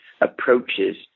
approaches